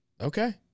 Okay